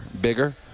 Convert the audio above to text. bigger